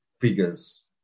figures